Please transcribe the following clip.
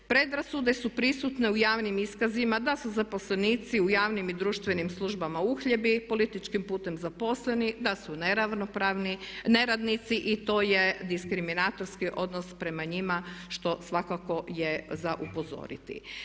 Predrasude su prisutne u javnim iskazima da su zaposlenici u javnim i društvenim službama uhljebi političkim putem zaposleni, da su neravnopravni, neradnici i to je diskriminatorski odnos prema njima što svakako je za upozoriti.